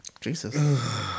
Jesus